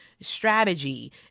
strategy